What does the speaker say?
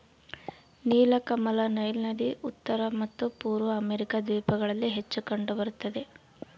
ನೀಲಕಮಲ ನೈಲ್ ನದಿ ಉತ್ತರ ಮತ್ತು ಪೂರ್ವ ಅಮೆರಿಕಾ ದ್ವೀಪಗಳಲ್ಲಿ ಹೆಚ್ಚು ಕಂಡು ಬರುತ್ತದೆ